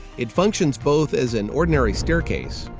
it functions both as an ordinary staircase,